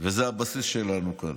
וזה הבסיס שלנו כאן.